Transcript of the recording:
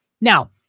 Now